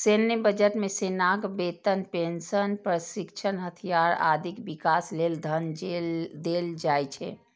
सैन्य बजट मे सेनाक वेतन, पेंशन, प्रशिक्षण, हथियार, आदिक विकास लेल धन देल जाइ छै